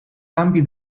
campi